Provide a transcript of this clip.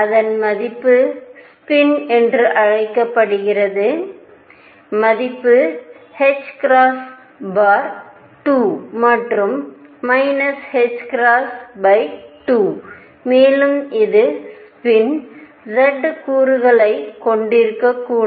அதன் மதிப்பு ஸ்பின் என்று அழைக்கப்படுகிறதுமதிப்பு ℏ 2 மற்றும் ℏ 2 மேலும் இது ஸ்பின் z கூறுகளாக ஐ கொண்டிருக்கக்கூடும்